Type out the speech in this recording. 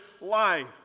life